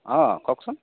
অ কওকচোন